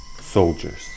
soldiers